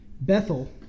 Bethel